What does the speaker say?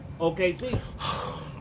OKC